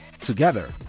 Together